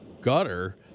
gutter